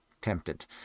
tempted